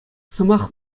сӑмах